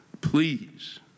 please